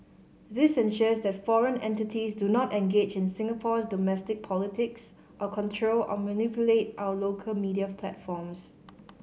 this ensures that foreign entities do not engage in Singapore's domestic politics or control or manipulate our local media platforms